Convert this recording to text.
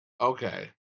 okay